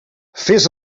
fes